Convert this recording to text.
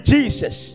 Jesus